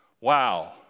Wow